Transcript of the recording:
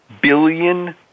billion